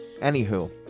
Anywho